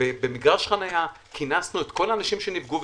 ובמגרש חנייה כינסנו את כל האנשים שנפגעו,